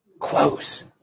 close